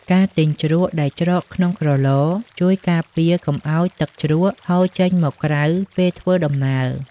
ការទិញជ្រក់ដែលច្រកក្នុងក្រឡ ជួយការពារកុំឱ្យទឹកជ្រក់ហូរចេញមកក្រៅពេលធ្វើដំណើរ។